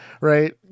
right